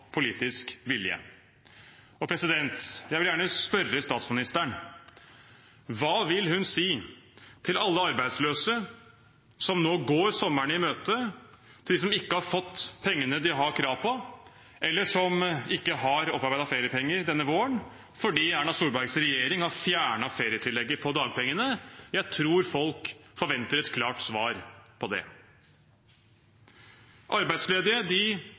politisk vilje. Jeg vil gjerne spørre statsministeren: Hva vil hun si til alle arbeidsløse som nå går sommeren i møte, til dem som ikke har fått pengene de har krav på, eller som ikke har opparbeidet feriepenger denne våren fordi Erna Solbergs regjering har fjernet ferietillegget på dagpengene? Jeg tror folk forventer et klart svar på det. Arbeidsledige